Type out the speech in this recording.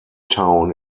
town